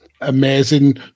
amazing